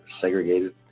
segregated